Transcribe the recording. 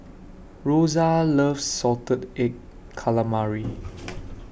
Rosa loves Salted Egg Calamari